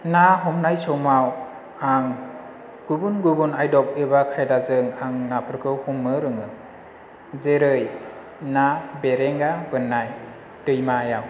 ना हमनाय समाव आं गुबुन गुबुन आदब एबा खायदाजों आं नाफोरखौ हमनो रोङो जेरै ना बेरेंगा बोन्नाय दैमायाव